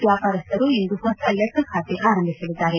ವ್ಯಾಪಾರಸ್ವರು ಇಂದು ಹೊಸ ಲೆಕ್ಷ ಖಾತೆ ಆರಂಭಿಸಲಿದ್ದಾರೆ